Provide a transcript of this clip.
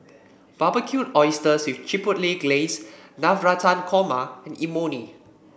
Barbecued Oysters with Chipotle Glaze Navratan Korma and Imoni